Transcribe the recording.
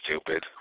stupid